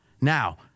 Now